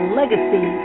legacy